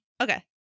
Okay